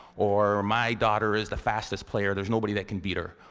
or, my daughter is the fastest player, there's nobody that can beat her.